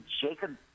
Jacob